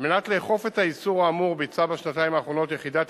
מנת לאכוף את האיסור האמור ביצעה בשנתיים האחרונות יחידת